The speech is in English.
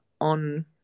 on